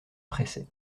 pressait